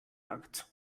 akt